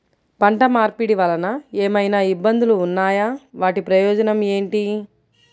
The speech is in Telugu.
పంట మార్పిడి వలన ఏమయినా ఇబ్బందులు ఉన్నాయా వాటి ప్రయోజనం ఏంటి?